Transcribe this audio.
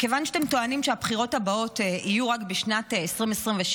מכיוון שאתם טוענים שהבחירות הבאות יהיו רק בשנת 2026,